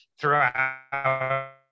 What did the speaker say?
throughout